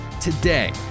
Today